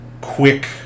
quick